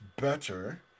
better